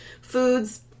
foods